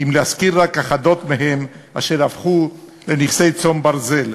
אם להזכיר רק אחדות מהן, אשר הפכו לנכסי צאן ברזל: